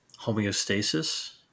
homeostasis